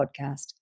podcast